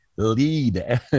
lead